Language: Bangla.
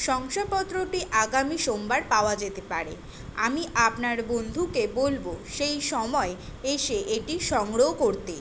শংসাপত্রটি আগামী সোমবার পাওয়া যেতে পারে আমি আপনার বন্ধুকে বলবো সেই সময় এসে এটি সংগ্রহ করতে